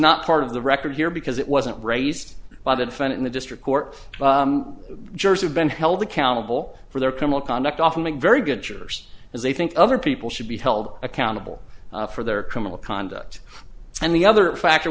not part of the record here because it wasn't raised by the defense in the district court judges have been held accountable for their criminal conduct often make very good jurors as they think other people should be held accountable for their criminal conduct and the other factor